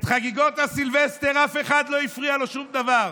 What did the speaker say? בחגיגות הסילבסטר לאף אחד לא הפריע שום דבר.